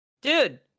Dude